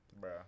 Bro